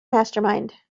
mastermind